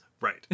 Right